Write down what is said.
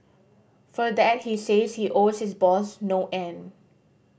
for that he says he owes his boss no end